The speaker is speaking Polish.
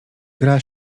gra